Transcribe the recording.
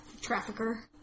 trafficker